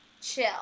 chill